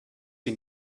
sie